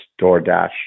DoorDash